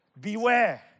beware